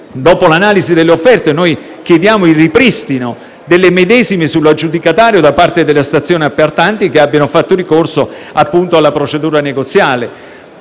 dopo l'analisi delle offerte, chiediamo il ripristino delle medesime sull'aggiudicatario da parte delle stazioni appaltanti che abbiamo fatto ricorso alla procedura negoziale.